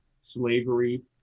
slavery